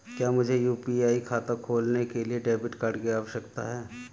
क्या मुझे यू.पी.आई खाता खोलने के लिए डेबिट कार्ड की आवश्यकता है?